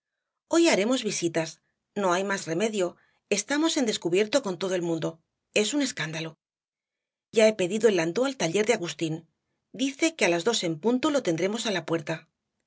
hoy haremos visitas no hay más remedio estamos en descubierto con todo el mundo es un escándalo ya he pedido el landó al taller de agustín dice que á las dos en punto lo tendremos á la puerta